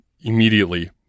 immediately